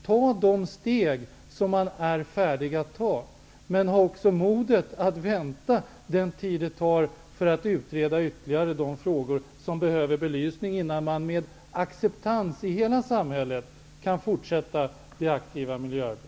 Ta de steg som vi är färdiga att ta, men ha också modet att vänta den tid det tar för att ytterligare utreda de frågor som behöver belysning innan vi med acceptans i hela samhället kan fortsätta det aktiva miljöarbetet!